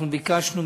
אנחנו ביקשנו,